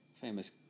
Famous